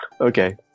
Okay